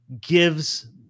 gives